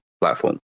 platform